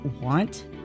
want